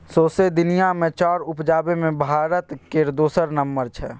सौंसे दुनिया मे चाउर उपजाबे मे भारत केर दोसर नम्बर छै